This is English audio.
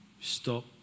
Stop